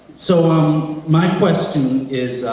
so um my question is,